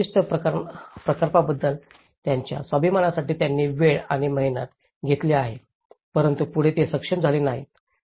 त्या विशिष्ट प्रकल्पाबद्दलच्या त्यांच्या स्वाभिमानासाठी त्यांनी वेळ आणि मेहनत घेतली आहे परंतु पुढे ते सक्षम झाले नाहीत